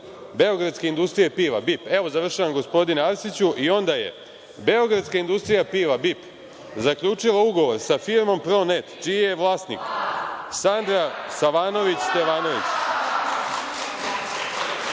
Beogradske industrije piva „BIP“.Evo, završavam gospodine Arsiću. Onda je Beogradska industrija piva „BIP“ zaključila ugovor sa firmom „Pronet“ čiji je vlasnik Sandra Savanović Stevanović. Molim